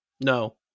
No